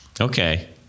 Okay